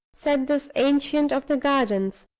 said this ancient of the gardens.